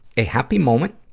a happy moment.